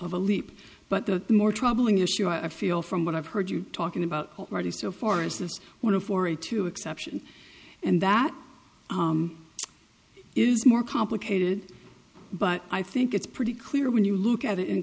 of a leap but the more troubling issue i feel from what i've heard you talking about already so far is this one of four a two exception and that is more complicated but i think it's pretty clear when you look at it in